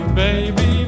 baby